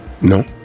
no